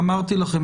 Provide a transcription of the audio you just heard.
ואמרתי לכם,